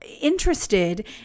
interested